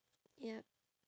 yup